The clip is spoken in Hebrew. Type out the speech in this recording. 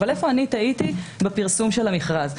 איפה אני טעיתי בפרסום של המכרז.